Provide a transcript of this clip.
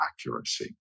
accuracy